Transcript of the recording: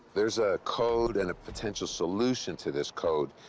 there's a code and a potential solution to this code,